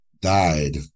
died